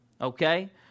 okay